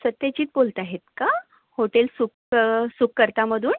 सत्यजित बोलत आहेत का हो ते सुख सुखकर्तामधून